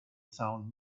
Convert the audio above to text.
found